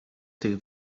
tych